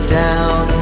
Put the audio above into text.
down